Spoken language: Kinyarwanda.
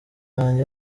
banjye